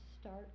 start